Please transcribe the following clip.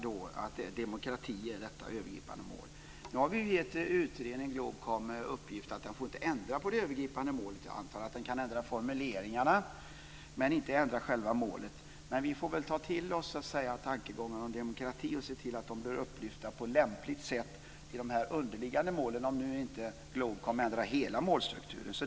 Demokrati är detta övergripande mål. Nu har vi sagt till utredningen GLOBKOM att den inte får ändra på det övergripande målet. Jag antar att den kan ändra formuleringarna, men den kan inte ändra själva målet. Vi får väl ta till oss tankegångarna om demokrati och se till att de blir upplyfta på lämpligt sätt i de underliggande målen, om nu inte GLOBKOM ändrar hela målstrukturen.